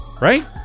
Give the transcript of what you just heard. Right